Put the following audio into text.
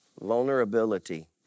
Vulnerability